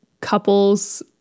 couples